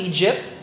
Egypt